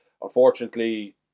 unfortunately